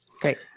Great